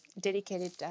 dedicated